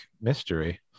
mystery